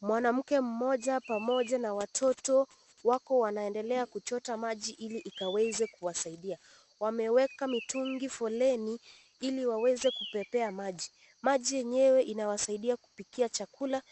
Mwanamke mmoja pamoja na watoto wako wanaendelea kuchota maji ili ikaweze kuwasaidia. Wameweka mitungi foleni ili waweze kubebea maji. Maji yenyewe inawasaidia kupikia chakula